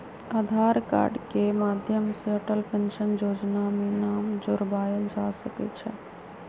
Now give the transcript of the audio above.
आधार card के माध्यम से अटल पेंशन जोजना में नाम जोरबायल जा सकइ छै